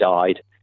died